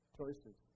choices